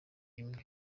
imwe